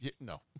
No